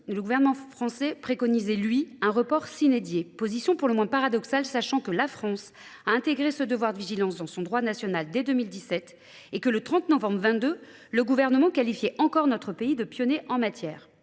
le gouvernement français préconisait lui un report sinédier, position pour le moins paradoxale sachant que la France a intégré ce devoir de vigilance dans son droit national dès 2017 et que le 30 novembre 22, le gouvernement qualifiait encore notre pays de pionner en matière.